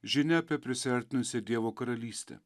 žinia apie prisiartinusią dievo karalystę